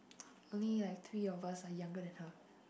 only like three of us are younger than her